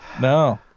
no